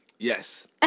Yes